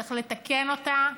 צריך לתקן אותה,